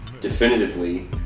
definitively